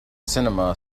cinema